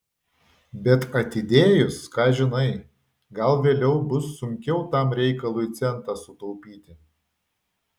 bet atidėjus ką žinai gal vėliau bus sunkiau tam reikalui centą sutaupyti